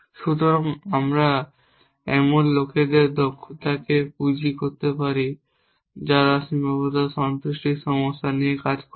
সুতরাং আমরা এমন লোকদের দক্ষতাকে পুঁজি করতে পারি যারা সীমাবদ্ধতা সন্তুষ্টির সমস্যা নিয়ে কাজ করেছেন